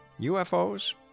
UFOs